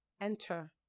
Enter